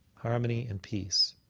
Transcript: harmony and peace.